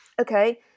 Okay